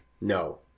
No